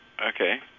Okay